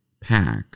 pack